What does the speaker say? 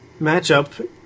matchup